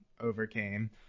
overcame